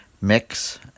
Mix